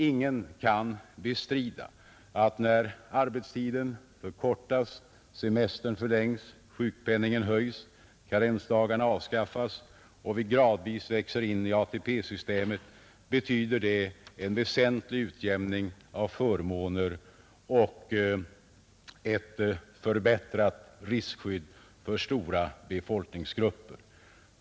Ingen kan bestrida att när arbetstiden förkortas, semestern förlängs, sjukpenningen höjs, karensdagarna avskaffas och vi gradvis växer in i ATP-systemet, betyder det en väsentlig utjämning av förmåner och ett förbättrat riskskydd för stora befolkningsgrupper.